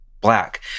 black